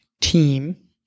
team